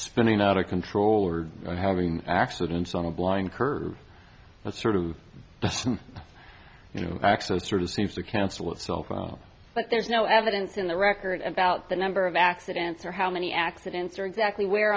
spinning out of control or having accidents on a blind curve that sort of you know access sort of seems to cancel itself out but there's no evidence in the record about the number of accidents or how many accidents or exactly where